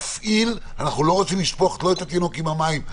אנחנו לא רוצים לשפוך את התינוק עם המים.